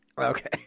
Okay